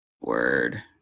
word